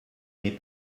mais